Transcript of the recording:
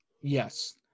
Yes